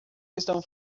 estão